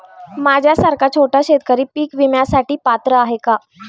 माझ्यासारखा छोटा शेतकरी पीक विम्यासाठी पात्र आहे का?